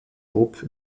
groupe